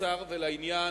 קצר ולעניין,